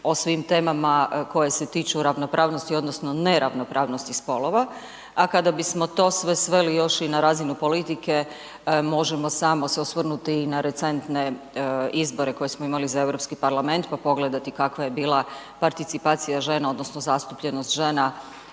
o svim temama koje se tiču ravnopravnosti odnosno neravnopravnosti spolova. A kada bismo to sve sveli još i na razinu politike možemo samo se osvrnuti i na recentne izbore koje smo imali za Europski parlament pa pogledati kakva je bila participacija žena, odnosno zastupljenost žena